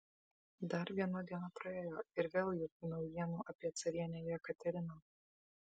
dar viena diena praėjo ir vėl jokių naujienų apie carienę jekateriną